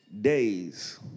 days